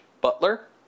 butler